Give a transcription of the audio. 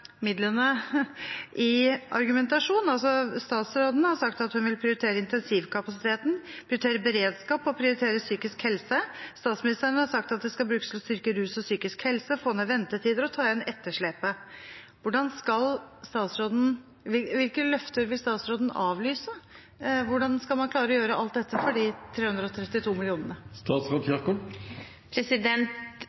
midlene i argumentasjon. Statsråden har sagt at hun vil prioritere intensivkapasiteten, prioritere beredskap og prioritere psykisk helse. Statsministeren har sagt at det skal brukes til å styrke rusomsorg og psykisk helse, få ned ventetider og ta igjen etterslepet. Hvilke løfter vil statsråden avlyse? Hvordan skal man klare å gjøre alt dette for 332